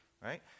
right